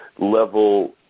level